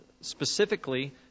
specifically